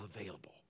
available